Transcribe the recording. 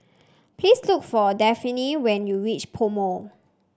please look for Dafne when you reach PoMo